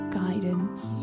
guidance